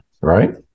Right